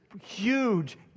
huge